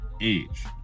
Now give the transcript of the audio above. age